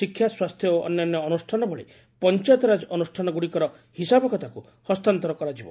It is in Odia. ଶିକ୍ଷା ସ୍ୱାସ୍ଥ୍ୟ ଓ ଅନ୍ୟାନ୍ୟ ଅନୁଷ୍ଠାନଭଳି ପଞ୍ଚାୟତରାଜ ଅନୁଷ୍ଠାନଗୁଡିକର ହିସାବ ଖାତାକୁ ହସ୍ତାନ୍ତର କରାଯିବ